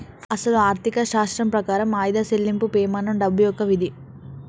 అసలు ఆర్థిక శాస్త్రం ప్రకారం ఆయిదా సెళ్ళింపు పెమానం డబ్బు యొక్క విధి